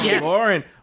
Lauren